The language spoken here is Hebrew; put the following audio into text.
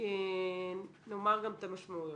נאמר גם את המשמעויות.